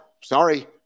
Sorry